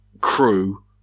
crew